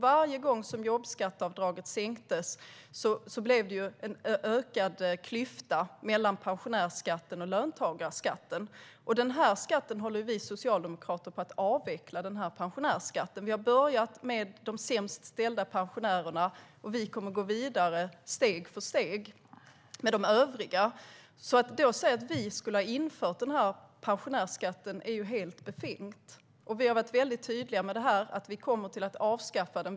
Varje gång som jobbskatteavdraget sänktes ökade klyftan mellan pensionärsskatten och löntagarskatten. Pensionärsskatten håller vi socialdemokrater på att avveckla. Vi har börjat med pensionärerna som har det sämst ställt, och vi kommer att gå vidare steg för steg med de övriga. Att säga att vi skulle ha infört pensionärsskatten är alltså helt befängt. Vi har varit tydliga med att vi kommer att avskaffa den.